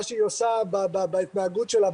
מה שהיא עושה בהתנהגות שלה,